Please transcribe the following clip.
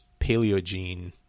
Paleogene